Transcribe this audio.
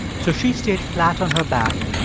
so she stayed flat on her back,